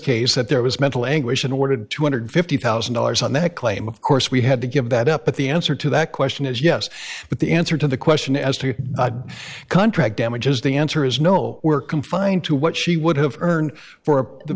that there was mental anguish and ordered two hundred and fifty thousand dollars on that claim of course we had to give that up but the answer to that question is yes but the answer to the question as to contract damages the answer is no were confined to what she would have earned for the